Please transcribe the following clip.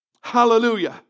Hallelujah